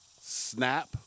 Snap